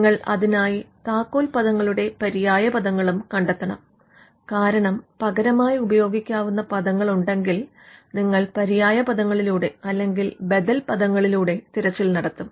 നിങ്ങൾ അതിനായി താക്കോൽ പദങ്ങളുടെ പര്യായ പദങ്ങളും കണ്ടെത്തണം കാരണം പകരമായി ഉപയോഗിക്കാവുന്ന പദങ്ങളുണ്ടെങ്കിൽ നിങ്ങൾ പര്യായ പദങ്ങളിലൂടെ അല്ലെങ്കിൽ ബദൽ പദങ്ങളിലൂടെ തിരച്ചിൽ നടത്തും